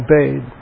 obeyed